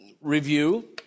review